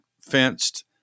fenced